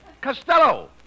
Costello